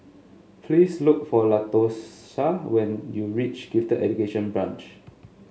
please look for Latosha when you reach Gifted Education Branch